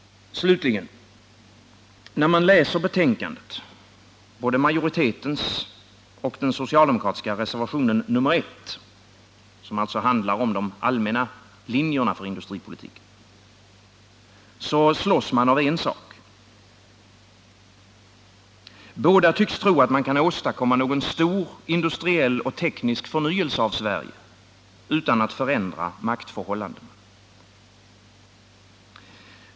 Slutligen: När man läser betänkandet, både majoritetens skrivning och den socialdemokratiska reservationen 1, som alltså handlar om de allmänna linjerna för industripolitiken, slås man av en sak. Båda parter tycks tro att man kan åstadkomma någon stor industriell och teknisk förnyelse av Sverige utan att förändra maktförhållandena.